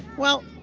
well,